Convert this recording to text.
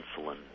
insulin